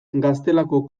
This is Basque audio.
gaztelako